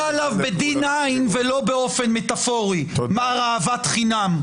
עליו ב-D9 ולא באופן מטפורי ------- מר אהבת חינם.